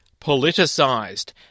politicised